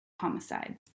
homicide